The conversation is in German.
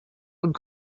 und